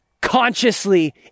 consciously